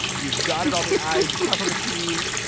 you've dotted all the i's and crossing the t's.